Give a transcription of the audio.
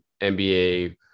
nba